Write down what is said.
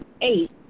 eight